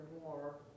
more